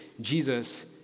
Jesus